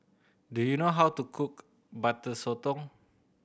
do you know how to cook Butter Sotong